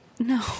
No